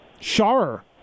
Sharer